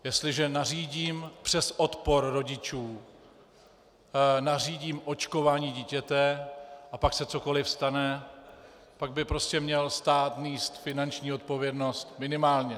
Jestliže nařídím přes odpor rodičů očkování dítěte a pak se cokoliv stane, pak by prostě měl stát nést finanční odpovědnost minimálně.